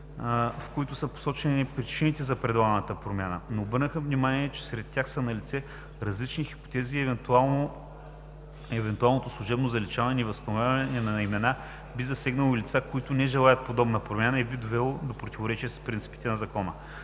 в които са посочили причините за предлаганата промяна, но обърнаха внимание, че сред тях са налице различни хипотези и евентуалното служебно заличаване и възстановяване на имена би засегнало и лица, които не желаят подобна промяна, и би било в противоречие с принципите на Закона.